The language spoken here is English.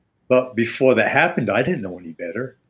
but before that happened. i didn't know any better.